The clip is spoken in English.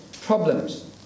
problems